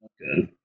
good